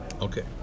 Okay